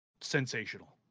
Sensational